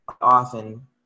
often